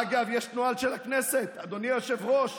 אגב, יש נוהל של הכנסת, אדוני היושב-ראש,